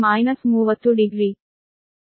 ಇದು ಸಮೀಕರಣ 4